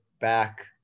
back